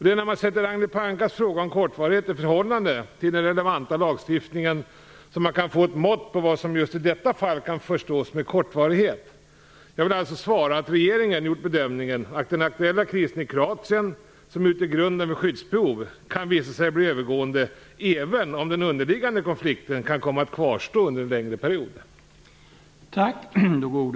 Det är när man sätter Ragnhild Pohankas fråga om kortvarighet i förhållande till den relevanta lagstiftningen som man kan få ett mått på vad som i just detta fall skall förstås med kortvarighet. Jag vill alltså svara att regeringen gjort bedömningen att den aktuella krisen i Kroatien - som utgör grunden för skyddsbehov - kan visa sig bli övergående även om den underliggande konflikten kan komma att kvarstå under en längre period.